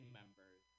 members